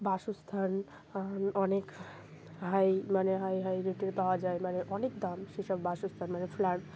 বাসস্থান অনেক হাই মানে হাই হাই রেটের পাওয়া যায় মানে অনেক দাম সেসব বাসস্থান মানে ফ্ল্যাট